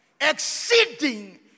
exceeding